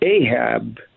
Ahab